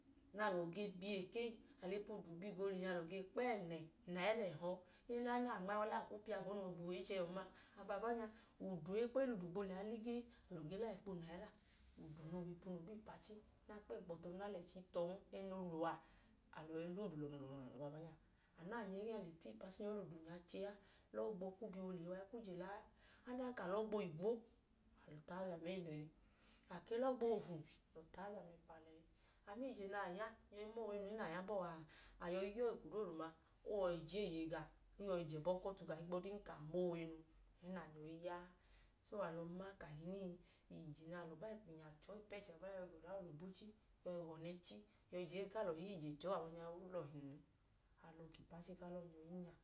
Na alọ ge bi ekee. A lẹ epu bi ga oolihi ekee, nẹ alọ ge kpo ẹnẹ unaira ẹhọ, e lan a nma i wa ọlẹ, uweyi i chẹ gawọn ma, abalọbanya, udu eekpo, e lẹ udu gbo liya ligii, alọ ge la ẹkpa unaira. Udu noo ba ipachi, nẹ a kpo enkpọ tọn, a lẹ ẹchi tọn noo lu a, alọ yọi la udu lọnọlọnọ balọbanya. A na nyọ ẹgẹẹnya le ta ipachi nyọ i lẹ udu nya che lọọ gbo kwu bi wa oolihi wa i kwu je la a, adanka a lọọ gbo igwo, a lẹ utaazan ee lẹ ẹẹ, a lọọ gbo ofu, a lẹ utaazan ẹpa lẹ ẹẹ. A ma ije na ma na ma owe nu ẹẹ nay a bọọ aa, a yọi ya ọọ eko dooduma, o yọi je eeye gawọ, o yọi je ẹbọ ku ọtu gawọ ohigbu ọdinka a ma owe nu, ẹẹ nẹ alọ i ya a. So alọ ma kahinii, ije na alọ bai kwinya che ọọ ipu ẹchẹ abalọbaa, yọi ga ọlẹ aolobochi, yọi ga ọnu ẹchi, yọi je ọyi ku alọ ya ije che ọọ abalọbanya a, o lọhin. Alọ ga ipachi ku alọ nyọ i nya.